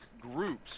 groups